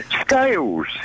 Scales